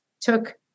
took